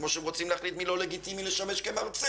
כמו שהם רוצים להחליט מי לא לגיטימי לשמש מרצה.